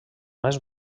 més